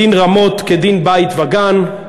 דין רמות כדין בית-וגן,